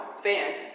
fans